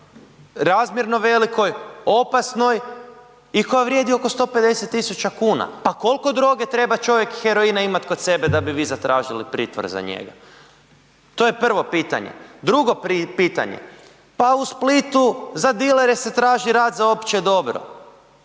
razmjerno velikoj, opasnoj i koja vrijedi oko 150 000 kuna. Pa koliko droge treba čovjek i heroina imat kod sebe da bi zatražili pritvor za njega? To je prvo pitanje. Drugo pitanje, pa u Splitu za dilere se traži rad za opće dobro.